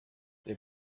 the